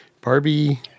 Barbie